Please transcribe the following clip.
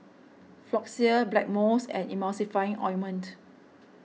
Floxia Blackmores and Emulsying Ointment